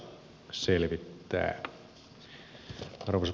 arvoisa puhemies